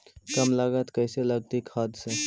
कम लागत कैसे लगतय खाद से?